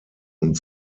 und